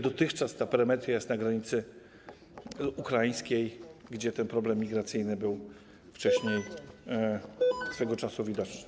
Dotychczas ta perymetria jest na granicy ukraińskiej, gdzie ten problem migracyjny był wcześniej, swego czasu widoczny.